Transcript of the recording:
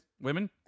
Women